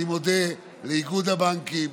אני מודה לאיגוד הבנקים,